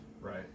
right